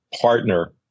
partner